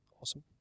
Awesome